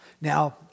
Now